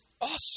awesome